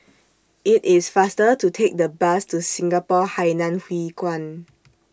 IT IS faster to Take The Bus to Singapore Hainan Hwee Kuan